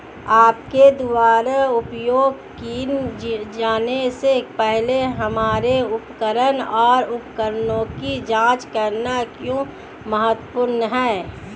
आपके द्वारा उपयोग किए जाने से पहले हमारे उपकरण और उपकरणों की जांच करना क्यों महत्वपूर्ण है?